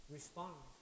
respond